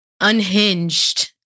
unhinged